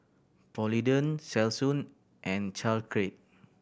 Polident Selsun and Caltrate